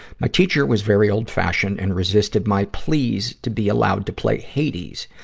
my teacher was very old-fashioned and resisted my pleas to be allowed to play hades,